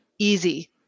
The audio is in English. Easy